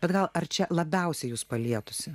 bet gal ar čia labiausiai jus palietusi